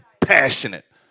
Passionate